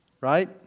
right